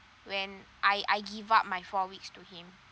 when I I give up my for weeks to him